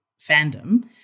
fandom